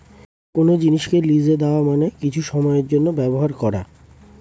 কোন জিনিসকে লিজে দেওয়া মানে কিছু সময়ের জন্যে ব্যবহার করা